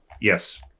Yes